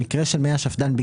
במקרה של מי השפד"ן,